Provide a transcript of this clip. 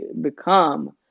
become